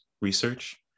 research